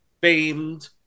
famed